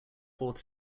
fourth